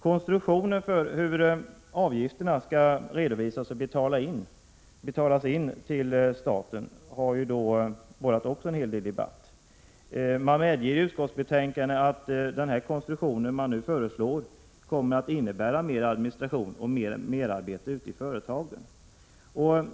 Konstruktionen för redovisning och inbetalning till staten har också givit upphov till debatt. Man medger i utskottsbetänkandet att den konstruktion man nu föreslår kommer att innebära ytterligare administration och merarbete ute i företagen.